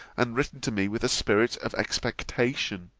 and written to me with a spirit of expectation.